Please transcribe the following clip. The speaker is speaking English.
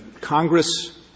Congress